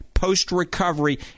post-recovery